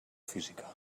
física